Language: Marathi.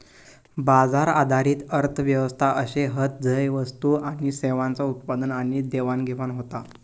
बाजार आधारित अर्थ व्यवस्था अशे हत झय वस्तू आणि सेवांचा उत्पादन आणि देवाणघेवाण होता